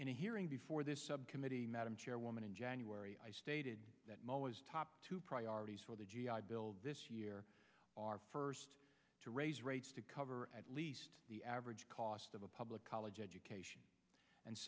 in a hearing before this subcommittee madam chairwoman in january i stated that my top two priorities for the g i bill this year are first to raise rates to cover at least the average cost of a public college education and